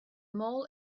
mall